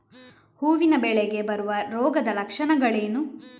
ಹೂವಿನ ಬೆಳೆಗೆ ಬರುವ ರೋಗದ ಲಕ್ಷಣಗಳೇನು?